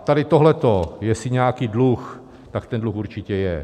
Tady tohleto, jestli je nějaký dluh, tak ten dluh určitě je.